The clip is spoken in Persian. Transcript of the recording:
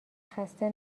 خسته